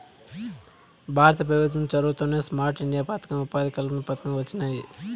భారత పెభుత్వం చొరవతోనే స్మార్ట్ ఇండియా పదకం, ఉపాధి కల్పన పథకం వొచ్చినాయి